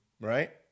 right